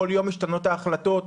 כל יום משתנות ההחלטות,